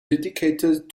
dedicated